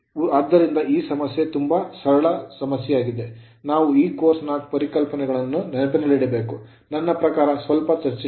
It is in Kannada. ಆದ್ದರಿಂದ ಈ ಸಮಸ್ಯೆ ತುಂಬಾ ಸರಳ ಸಮಸ್ಯೆಯಾಗಿದೆ ನಾವು ಈ ಕೋರ್ಸ್ ನ ಪರಿಕಲ್ಪನೆಗಳನ್ನು ನೆನಪಿನಲ್ಲಿಡಬೇಕು ನನ್ನ ಪ್ರಕಾರ ಸ್ವಲ್ಪ ಚರ್ಚಿಸಿದ್ದೇವೆ